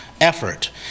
effort